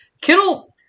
Kittle